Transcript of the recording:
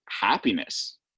happiness